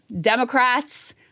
Democrats